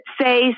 say